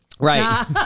Right